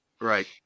Right